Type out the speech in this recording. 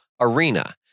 arena